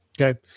Okay